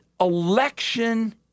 election